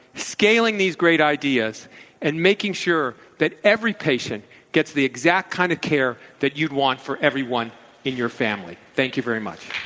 scaling these great ideas and making sure that every patient gets the exact kind of care that you'd want for everyone in your family. thank you very much.